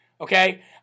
okay